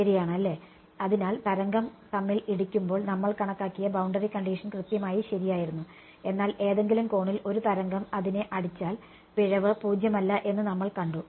ശരിയാണ് അല്ലേ അതിനാൽ തരംഗം തമ്മിൽ ഇടിക്കുമ്പോൾ നമ്മൾ കണക്കാക്കിയ ബൌണ്ടറി കണ്ടിഷൻ കൃത്യമായി ശരിയായിരുന്നു എന്നാൽ ഏതെങ്കിലും കോണിൽ ഒരു തരംഗം അതിനെ അടിച്ചാൽ പിഴവ് പൂജ്യമല്ല എന്ന് നമ്മൾ കണ്ടു